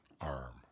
arm